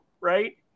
right